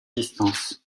distances